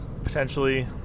Potentially